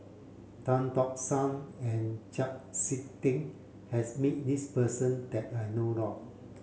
Tan Tock San and Chau Sik Ting has met this person that I know of